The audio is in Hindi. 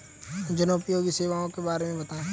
जनोपयोगी सेवाओं के बारे में बताएँ?